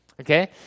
Okay